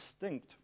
distinct